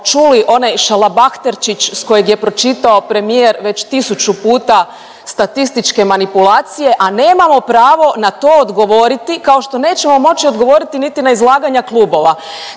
čuli onaj šalabahterčić s kojeg je pročitao premijer već tisuću puta statističke manipulacije, a nemamo pravo na to odgovoriti kao što nećemo moći odgovoriti niti na izlaganja klubova.